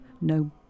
no